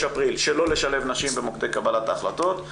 אפריל שלא לשלב נשים במוקדי קבלת ההחלטות,